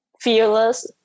fearless